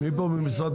מי נמצא פה ממשרד